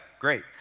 Great